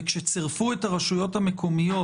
כשצירפו את הרשויות המקומיות,